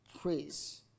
praise